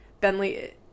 Bentley